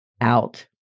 out